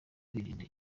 kwirinda